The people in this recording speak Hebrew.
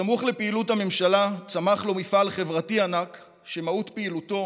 סמוך לפעילות הממשלה צמח לו מפעל חברתי ענק שמהות פעילותו